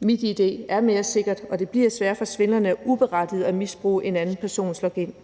MitID er mere sikkert, og det bliver sværere for svindlerne at misbruge en anden persons login.